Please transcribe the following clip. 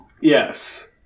Yes